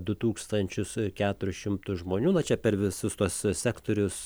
du tūkstančius keturis šimtus žmonių na čia per visus tuos sektorius